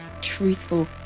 truthful